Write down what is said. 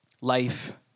Life